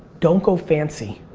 don't go fancy.